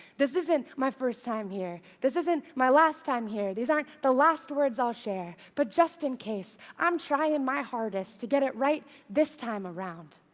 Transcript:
this isn't my first time here. this isn't my last time here. these aren't the last words i'll share. but just in case, i'm trying my hardest to get it right this time around.